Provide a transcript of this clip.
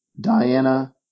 Diana